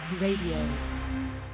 Radio